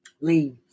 leave